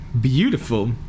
beautiful